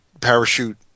parachute